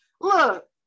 look